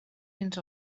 fins